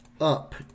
up